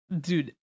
dude